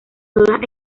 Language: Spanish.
todas